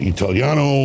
Italiano